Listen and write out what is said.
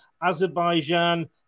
Azerbaijan